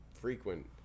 frequent